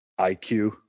iq